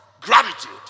gratitude